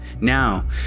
Now